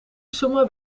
zoomen